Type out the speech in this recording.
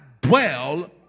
dwell